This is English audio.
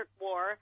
war